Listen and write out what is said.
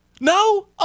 No